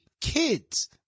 kids